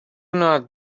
not